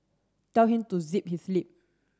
tell him to zip his lip